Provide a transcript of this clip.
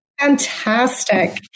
Fantastic